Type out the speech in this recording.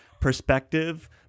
perspective